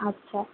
আচ্ছা